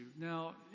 Now